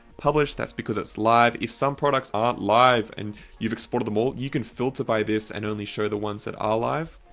published, that's because it's live. if some products aren't live and you've exported them all, you can filter by this and only show the ones that are live.